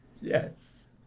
Yes